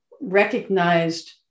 recognized